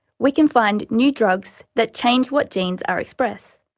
we can find new drugs that change what genes are expressed.